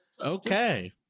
okay